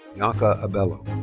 bianca abello.